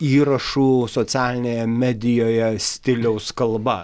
įrašų socialinėje medijoje stiliaus kalba